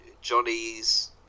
Johnny's